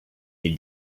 they